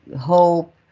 hope